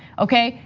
okay?